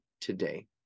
today